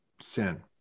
sin